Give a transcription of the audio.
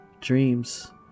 dreams